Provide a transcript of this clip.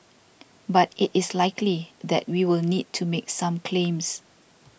but it is likely that we will need to make some claims